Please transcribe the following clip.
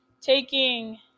taking